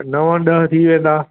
नव ॾह थी वेंदा